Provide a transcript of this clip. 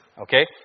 Okay